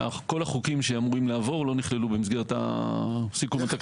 כל החוקים שאמורים לעבור לא נכללו במסגרת סיכום התקציב.